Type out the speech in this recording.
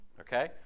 Okay